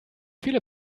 viele